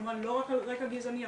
כמובן לא רק על רקע גזעני,